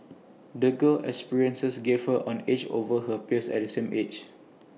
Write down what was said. the girl's experiences gave her an edge over her peers of the same age